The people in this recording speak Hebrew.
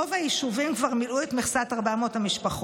רוב היישובים כבר מילאו את מכסת 400 המשפחות,